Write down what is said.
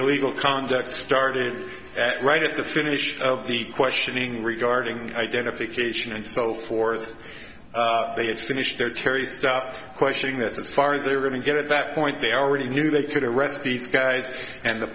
illegal conduct started right at the finish of the questioning regarding identification and so forth they have finished their cherry stop questioning that's as far as they were going to get at that point they already knew they could arrest these guys and the